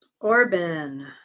Orban